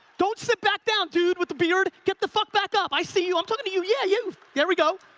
don't sit back down dude with the beard. get the fuck back up. i see you, i'm talking to you, yeah you. there we go.